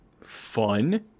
Fun